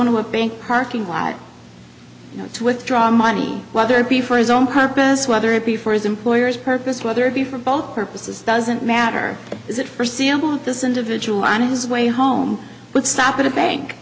into a bank parking lot to withdraw money whether it be for his own purpose whether it be for his employer's purpose whether it be for both purposes doesn't matter is it for sale this individual on his way home would stop at a bank